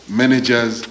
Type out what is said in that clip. managers